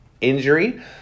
injury